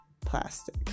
plastic